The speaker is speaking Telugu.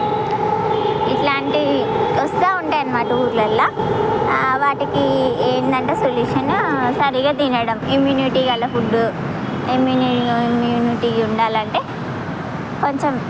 ఇట్లాంటివి వస్తూ ఉంటయనమాట ఊర్లల్లో వాటికి ఏందంటే సొల్యూషను సరిగ్గా తినడం ఇమ్యూనిటీ గల ఫుడ్ ఇమ్యూనిటీ ఉండాలంటే కొంచెం